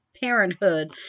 Parenthood